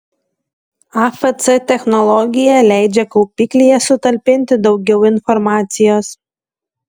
afc technologija leidžia kaupiklyje sutalpinti daugiau informacijos